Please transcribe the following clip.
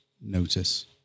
notice